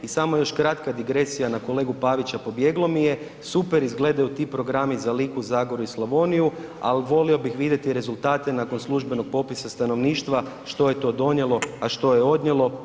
I samo još kratka digresija na kolegu Pavića, pobjeglo mi je super izgledaju ti programi za Liku, Zagorje i Slavoniju, ali volio bih vidjeti rezultate nakon službenog popisa stanovništva što je to donijelo, a što je odnijelo.